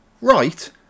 right